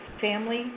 family